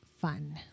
fun